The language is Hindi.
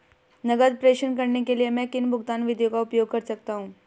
नकद प्रेषण करने के लिए मैं किन भुगतान विधियों का उपयोग कर सकता हूँ?